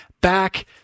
back